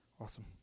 awesome